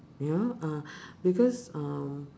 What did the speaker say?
ya uh because um